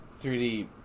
3D